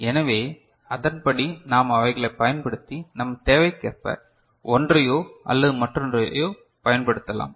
எனவே அதன்படி நாம் அவைகளை பயன்படுத்தி நம் தேவைக்கேற்ப ஒன்றையோ அல்லது மற்றொன்றையோ பயன்படுத்தலாம்